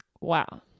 Wow